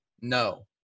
No